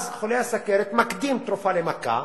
אז חולה הסוכרת מקדים תרופה למכה